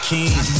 King